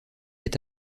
est